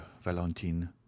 Valentine